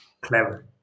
clever